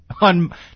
on